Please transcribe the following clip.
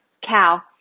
Cow